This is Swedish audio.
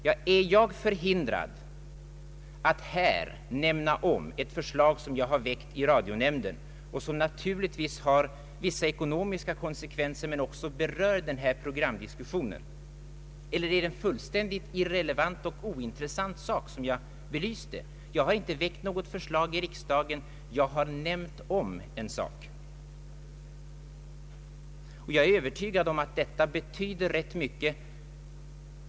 är jag förhindrad att här nämna om ett förslag som jag väckt i radionämnden och som naturligtvis har vissa ekonomiska konsekvenser men också berör programdiskussionen, eller är det en fullständigt irrelevant och ointressant sak som jag belyste? Jag har inte väckt något förslag i riksdagen, jag har nämnt om ett förslag som väckts i annan ordning. Jag är övertygad om att detta betyder rätt mycket.